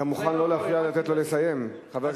אתה מוכן לא להפריע, לתת לו לסיים, חבר הכנסת?